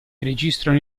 registrano